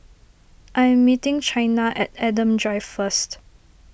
I am meeting Chynna at Adam Drive first